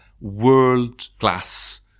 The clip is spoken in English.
world-class